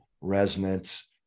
resonance